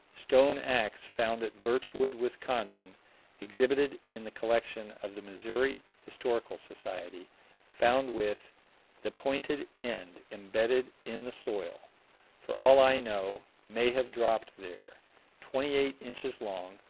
stone ax found at birchwood, wisconsin exhibited in the collection of the missouri historical society found with the pointed end embedded in the soil for all i know, may have dropped there twenty eight inches long,